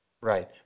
Right